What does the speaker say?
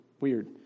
weird